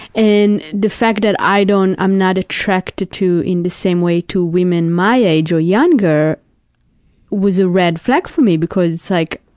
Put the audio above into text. and the fact that i don't, i'm not attracted to, in the same way to women my age or younger was a red flag for me, because it's like,